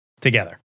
together